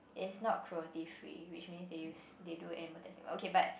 is not cruelty free which mean is they do animal testing okay but